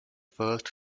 first